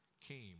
came